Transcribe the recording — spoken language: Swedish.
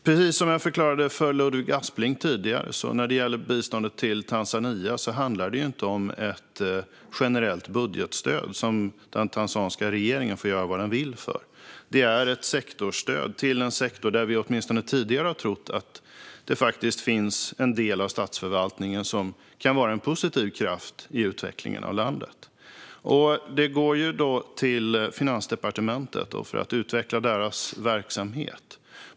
Precis som jag förklarade för Ludvig Aspling tidigare handlar biståndet till Tanzania inte om ett generellt budgetstöd som den tanzaniska regeringen får göra vad den vill med. Det är ett sektorsstöd till en sektor i statsförvaltningen som vi åtminstone tidigare har trott kan vara en positiv kraft i utvecklingen av landet. Stödet går till finansdepartementet för att utveckla dess verksamhet.